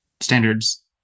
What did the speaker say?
standards